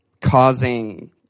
causing